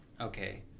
okay